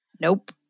Nope